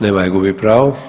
Nema je, gubi pravo.